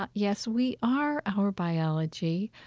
but yes, we are our biology.